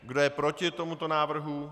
Kdo je proti tomuto návrhu?